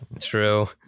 True